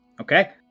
Okay